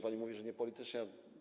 Pani mówi, że niepolitycznie.